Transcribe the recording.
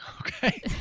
okay